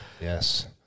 Yes